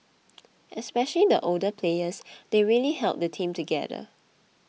especially the older players they really held the team together